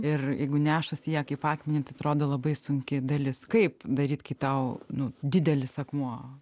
ir jeigu nešasi ją kaip akmenį tai atrodo labai sunki dalis kaip daryt kai tau nu didelis akmuo